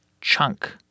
Chunk